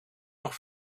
nog